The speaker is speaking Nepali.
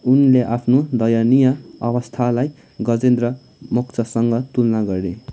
उनले आफ्नो दयनीय अवस्थालाई गजेन्द्र मोक्षसँग तुलना गरे